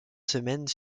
semaines